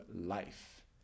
life